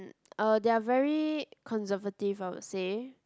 uh they're very conservative I would say